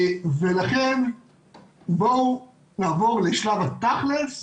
ולכן בואו נעבור לשלב התכל'ס,